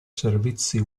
servizi